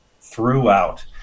throughout